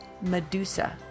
Medusa